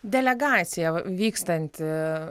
delegacija vykstanti